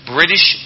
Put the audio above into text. British